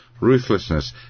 ruthlessness